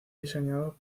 diseñado